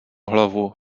hlavu